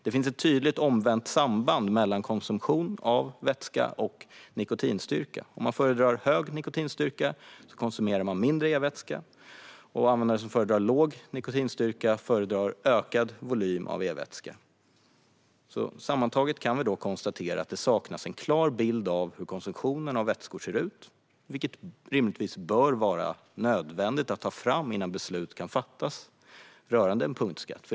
Det finns ett tydligt omvänt samband mellan konsumtion av vätska och nikotinstyrka. Om man föredrar hög nikotinstyrka konsumerar man mindre e-vätska, medan användare som föredrar låg nikotinstyrka föredrar ökad volym av e-vätska. Sammantaget kan vi konstatera att det saknas en klar bild av hur konsumtionen av vätskor ser ut, och det bör rimligtvis vara nödvändigt att ta fram en sådan innan beslut kan fattas rörande en punktskatt.